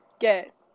Get